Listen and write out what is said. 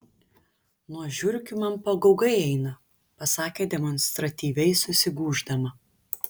nuo žiurkių man pagaugai eina pasakė demonstratyviai susigūždama